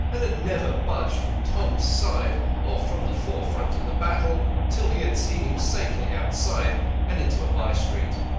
and had never budged from tom's side or from the forefront of the battle till he had seen him safely outside and into a by-street.